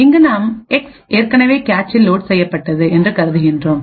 இங்கு நாம் எக்ஸ் ஏற்கனவே கேச்சில் லோட் செய்யப்பட்டது என்று கருதுகிறோம்